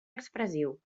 expressiu